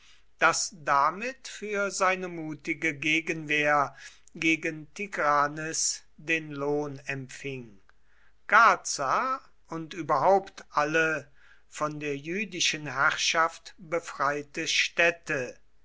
das damit für seine mutige gegenwehr gegen tigranes den lohn empfing gaza und überhaupt alle von der jüdischen herrschaft befreite städte